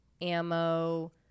ammo